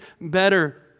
better